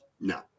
no